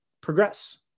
progress